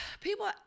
people